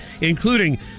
including